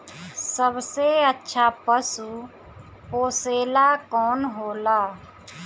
सबसे अच्छा पशु पोसेला कौन होला?